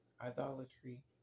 idolatry